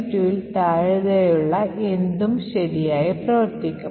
72 ൽ താഴെയുള്ള എന്തും ശരിയായി പ്രവർത്തിക്കും